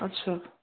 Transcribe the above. अछा